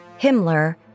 Himmler